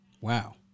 Wow